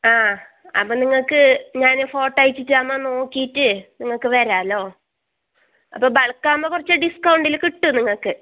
ആ അപ്പം നിങ്ങൾക്ക് ഞാൻ ഫോട്ടോ അയച്ചിറ്റാമ്പം നോക്കീറ്റ് നിങ്ങൾക്ക് വരാലോ അപ്പോൾ ബൾക്കാവുമ്പോൾ കുറച്ച് ഡിസ്കൗണ്ടില് കിട്ടും നിങ്ങക്ക്